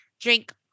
drink